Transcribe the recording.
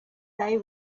they